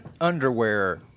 underwear